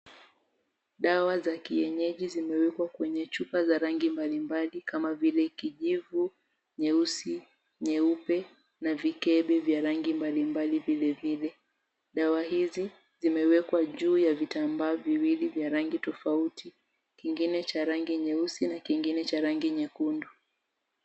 Dawa za kienyeji zimewekwa kwenye chupa za rangi mbalimbali kama vile kijivu, nyeusi, nyeupe na vikebe vya rangi mbalimbali vile vile. Dawa hizi zimewekwa juu ya vitambaa viwili vya rangi tofauti, kingine cha rangi nyeusi na kingine cha rangi nyekundu.